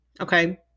okay